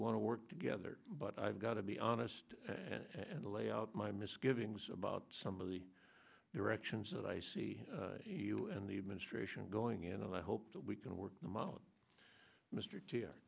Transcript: want to work together but i've got to be honest and lay out my misgivings about some of the directions that i see you and the administration going in and i hope that we can work them out mr tier